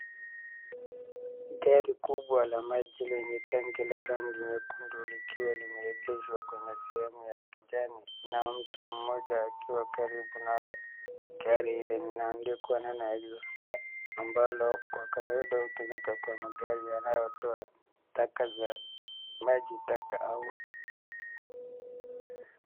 Gari kubwwa la maji lenye tanki la rangi nyekundu likiwa limeegeshwa kwenye sehemu ya kijani na mtu mmoja akiwa karibu nalo. Gari hili linaandikwa neno Exhauster ambalo kwa kawaida hutumika kwa magari yanayotoa taka za maji taka au.